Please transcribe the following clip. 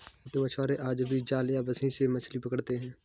छोटे मछुआरे आज भी जाल या बंसी से मछली पकड़ते हैं